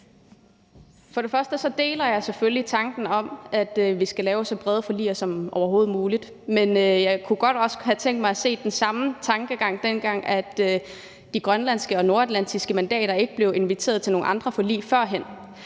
jeg selvfølgelig deler tanken om, at vi skal lave så brede forliger som overhovedet muligt, men jeg kunne også godt have tænkt mig at se den samme tankegang, dengang de grønlandske og nordatlantiske mandater ikke blev inviteret til andre forlig.